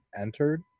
entered